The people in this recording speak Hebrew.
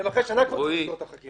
אחרי שנה הם צריכים לסגור את החקירה.